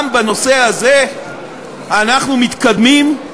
גם בנושא הזה אנחנו מתקדמים,